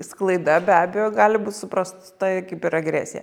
sklaida be abejo gali būt suprasta i kaip ir agresija